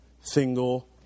single